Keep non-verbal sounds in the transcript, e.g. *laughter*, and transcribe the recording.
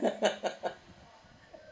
*laughs*